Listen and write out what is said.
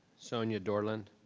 sonia dorlin.